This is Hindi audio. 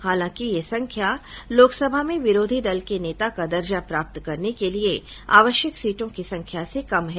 हालांकि यह संख्या लोकसभा में विरोधी दल के नेता का दर्जा प्राप्त करने के लिए आवश्यक सीटों की संख्या से कम है